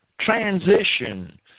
transition